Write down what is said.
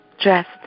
dressed